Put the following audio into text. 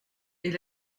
est